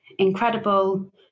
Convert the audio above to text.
incredible